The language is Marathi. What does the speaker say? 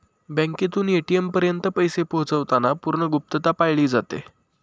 बँकेतून ए.टी.एम पर्यंत पैसे पोहोचवताना पूर्ण गुप्तता पाळली जाते